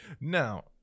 now